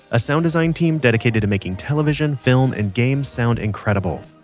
a sound design team dedicated to making television, film, and games sound incredible.